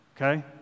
Okay